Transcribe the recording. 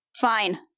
Fine